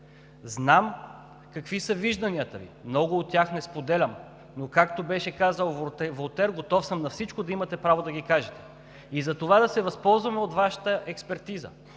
Знам какви са вижданията Ви – много от тях не споделям, но както беше казал Волтер: „Готов съм на всичко да имате право да ги кажете.“ И затова да се възползваме от Вашата експертиза,